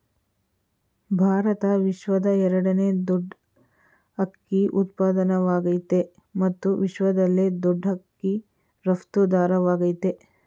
ಭಾರತ ವಿಶ್ವದ ಎರಡನೇ ದೊಡ್ ಅಕ್ಕಿ ಉತ್ಪಾದಕವಾಗಯ್ತೆ ಮತ್ತು ವಿಶ್ವದಲ್ಲೇ ದೊಡ್ ಅಕ್ಕಿ ರಫ್ತುದಾರವಾಗಯ್ತೆ